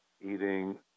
eating